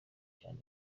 cyane